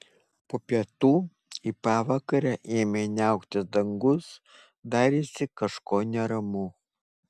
po pietų į pavakarę ėmė niauktis dangus darėsi kažko neramu